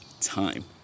time